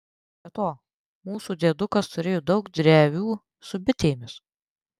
be to mūsų diedukas turėjo daug drevių su bitėmis